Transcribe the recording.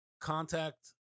contact